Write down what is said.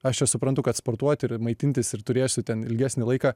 aš čia suprantu kad sportuoti ir maitintis ir turėsiu ten ilgesnį laiką